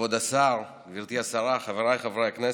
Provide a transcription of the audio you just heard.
כבוד השר, גברתי השרה, חבריי חברי הכנסת,